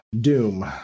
Doom